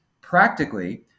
practically